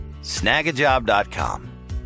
snagajob.com